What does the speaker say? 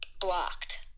blocked